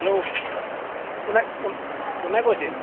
hello কোনে কোনে কোনে কৈছে